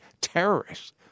terrorists